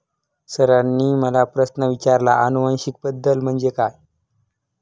सरांनी मला प्रश्न विचारला आनुवंशिक बदल म्हणजे काय?